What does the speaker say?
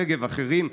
רגב ואחרים,